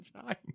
time